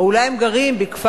או אולי הם גרים בכפר-אדומים,